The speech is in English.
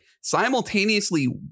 simultaneously